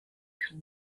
kann